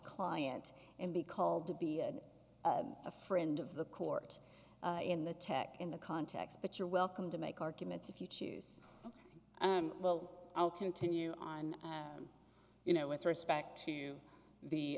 client and be called to be a friend of the court in the tech in the context but you're welcome to make arguments if you choose well i'll continue on you know with respect to the